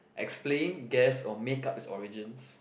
explain guess or make up it's origins